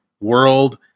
world